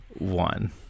one